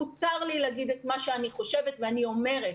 מותר לי להגיד את מה שאני חושבת ואני אומרת.